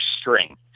string